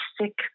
sick